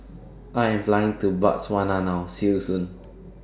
I Am Flying to Botswana now See YOU Soon